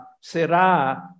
será